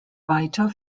weiter